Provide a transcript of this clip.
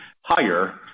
higher